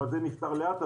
אבל זה נפתר לאט.